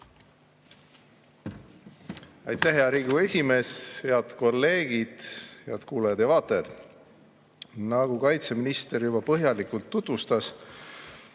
Aitäh, hea Riigikogu esimees! Head kolleegid! Head kuulajad ja vaatajad! Nagu kaitseminister juba põhjalikult tutvustas,